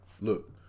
Look